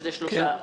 שם זה שלוש תביעות.